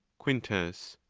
quintus.